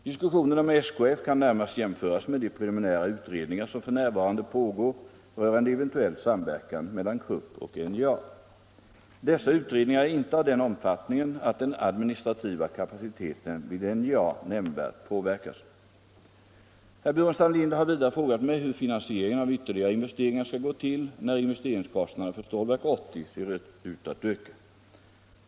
Diskussionerna med SKF kan närmast jämföras med de preliminära utredningar som f. n. pågår rörande eventuell samverkan mellan Krupp och NJA. Dessa utredningar är inte av den omfattningen att den administrativa kapaciteten vid NJA nämnvärt påverkas. Herr Burenstam Linder har vidare frågat mig hur finansieringen av ytterligare investeringar skall gå till när investeringskostnaderna för Stålverk 80 ser ut att öka.